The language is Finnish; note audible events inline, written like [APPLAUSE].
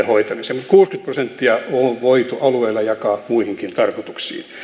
[UNINTELLIGIBLE] hoitamiseensa mutta kuusikymmentä prosenttia on voitu alueilla jakaa muihinkin tarkoituksiin